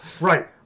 Right